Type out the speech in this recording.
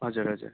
हजुर हजुर